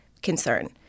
Concern